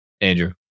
Andrew